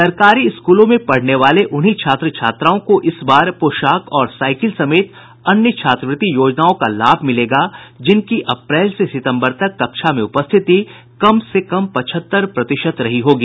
सरकारी स्कूलों में पढ़ने वाले उन्हीं छात्र छात्राओं को इस बार पोशाक और साईकिल समेत अन्य छात्रवृत्ति योजनाओं का लाभ मिलेगा जिनकी अप्रैल से सितम्बर तक कक्षा में उपस्थिति कम से कम पचहत्तर प्रतिशत रही होगी